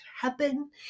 happen